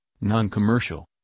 non-commercial